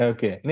Okay